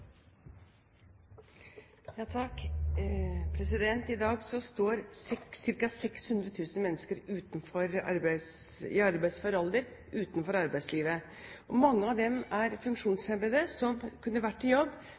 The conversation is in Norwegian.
I dag står ca. 600 000 mennesker i arbeidsfør alder utenfor arbeidslivet. Mange av dem er funksjonshemmede som kunne vært i jobb